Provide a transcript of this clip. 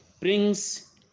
brings